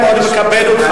אני מאוד מכבד אותך,